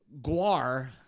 Guar